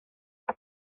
ond